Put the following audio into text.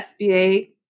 SBA